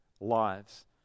lives